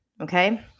Okay